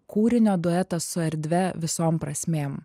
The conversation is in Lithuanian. kūrinio duetas su erdve visom prasmėm